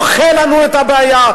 אתה דוחה לנו את הבעיה,